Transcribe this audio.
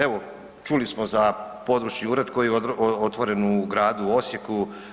Evo čuli smo za područni ured koji je otvoren u gradu Osijeku.